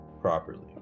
properly